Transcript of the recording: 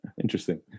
Interesting